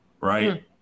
right